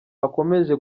akomeje